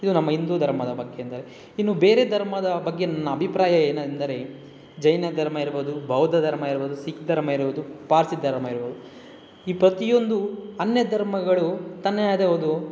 ಇದು ನಮ್ಮ ಹಿಂದೂ ಧದರ್ಮದ ಬಗ್ಗೆ ಅಂದರೆ ಇನ್ನೂ ಬೇರೆ ಧರ್ಮದ ಬಗ್ಗೆ ನನ್ನ ಅಭಿಪ್ರಾಯ ಏನೆಂದರೆ ಜೈನ ಧರ್ಮ ಇರ್ಬೋದು ಬೌದ್ಧ ಧರ್ಮ ಇರ್ಬೋದು ಸಿಖ್ ಧರ್ಮ ಇರ್ಬೋದು ಪಾರ್ಸಿ ಧರ್ಮ ಇರ್ಬೋದು ಈ ಪ್ರತಿಯೊಂದು ಅನ್ಯ ಧರ್ಮಗಳು ತನ್ನದೇ ಆದ ಒಂದು